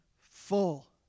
full